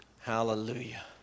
Hallelujah